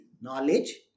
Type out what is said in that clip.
knowledge